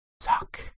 suck